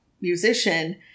musician